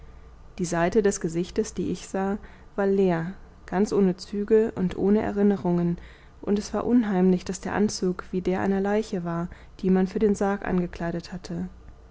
die seite des gesichtes die ich sah war leer ganz ohne züge und ohne erinnerungen und es war un heimlich daß der anzug wie der einer leiche war die man für den sarg angekleidet hatte